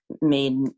made